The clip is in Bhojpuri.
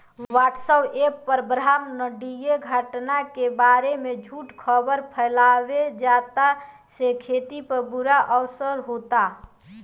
व्हाट्सएप पर ब्रह्माण्डीय घटना के बारे में झूठी खबर फैलावल जाता जेसे खेती पर बुरा असर होता